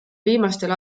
viimastel